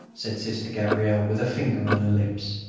said sister gabrielle with a finger on her lips.